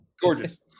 Gorgeous